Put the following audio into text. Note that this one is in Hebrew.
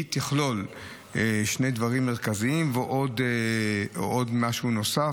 היא תכלול שני דברים מרכזיים ועוד משהו נוסף,